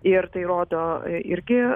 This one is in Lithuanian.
ir tai rodo ir irgi